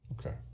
Okay